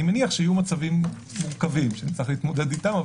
אני מניח שיהיו מצבים מורכבים שנצטרך להתמודד איתם,